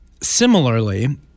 similarly